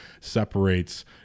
separates